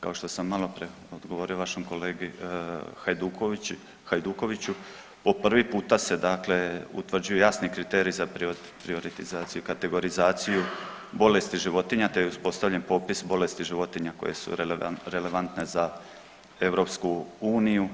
Kao što sam malo pre odgovorio vašem kolegi Hajdukoviću, po prvi puta se dakle utvrđuju jasni kriteriji za prioritizaciju i kategorizaciju bolesti životinja te je uspostavljen popis bolesti životinja koje su relevantne za EU.